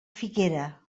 figuera